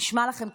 נשמע לכם קיצוני?